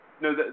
No